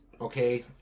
okay